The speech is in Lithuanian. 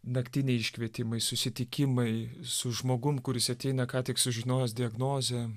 naktiniai iškvietimai susitikimai su žmogum kuris ateina ką tik sužinojęs diagnozę